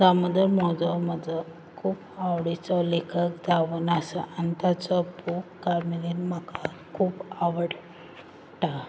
दामोदर मावजो म्हाजो खूब आवडीचो लेखक जावन आसा आनी ताचो बूक कार्मेलीन म्हाका खूब आवडटा